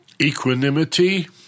Equanimity